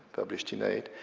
published in eight,